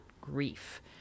grief